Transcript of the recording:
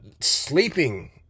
sleeping